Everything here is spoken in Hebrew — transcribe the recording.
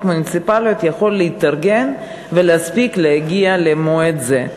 המוניציפליות יכול להתארגן ולהספיק להגיע למועד זה.